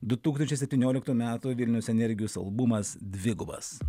du tūkstančiai septynioliktų metų vilniaus energijos albumas dvigubas